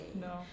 No